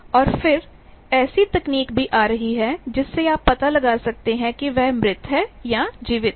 और फिरऐसी तकनीक भी आ रही है जिससे आप पता लगा सकते हैं कि वह मृत है या जीवित है